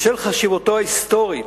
בשל חשיבותו ההיסטורית,